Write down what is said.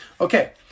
Okay